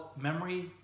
memory